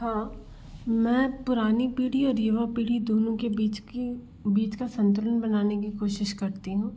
हाँ मैं पुरानी पीढ़ी और युवा पीढ़ी दोनों के बीच की बीच का संतुलन बनाने की कोशिश करती हूँ